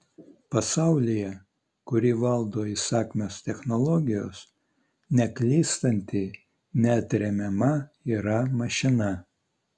pasaulyje kurį valdo įsakmios technologijos neklystanti neatremiama yra mašina